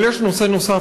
אבל יש נושא נוסף,